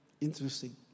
Interesting